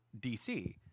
DC